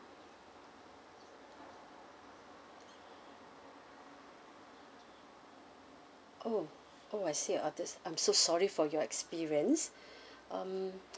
oh oh I see uh this I'm so sorry for your experience um